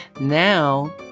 now